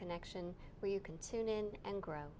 connection where you can tune in and grow